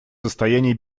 состоянии